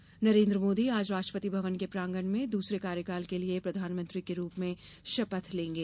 शपथ नरेन्द्र मोदी आज राष्ट्रपति भवन के प्रांगण में दूसरे कार्यकाल के लिए प्रधानमंत्री के रूप में शपथ लेंगे